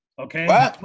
Okay